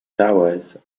towers